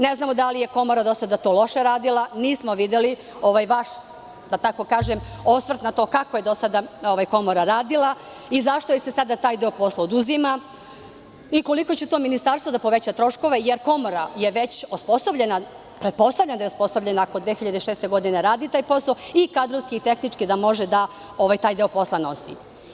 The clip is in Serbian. Ne znamo da li je do sada to komora loše radila, nismo videli vaš, da tako kažem, osvrt na to kako je do sada komora radila i zašto joj se sada taj deo posla oduzima i koliko će to ministarstvu da poveća troškove jer komora je već osposobljena, pretpostavljam da je osposobljena ako od 2006. godine radi taj posao i kadrovski i tehnički da može da taj deo posla nosi.